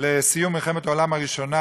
לסיום מלחמת העולם הראשונה.